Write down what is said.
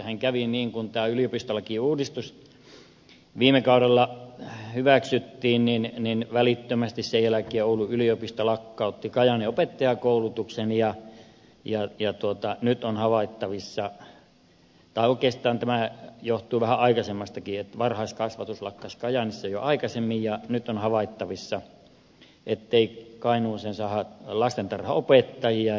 tässähän kävi niin kun tämä yliopistolakiuudistus viime kaudella hyväksyttiin että välittömästi sen jälkeen oulun yliopisto lakkautti kajaanin opettajankoulutuksen ja nyt on havaittavissa tai oikeastaan tämä johtui vähän aikaisemmastakin että varhaiskasvatus lakkasi kajaanissa jo aikaisemmin nyt on havaittavissa ettei kainuuseen saada lastentarhanopettajia